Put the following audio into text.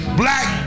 black